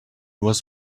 was